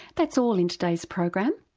that's all in today's program.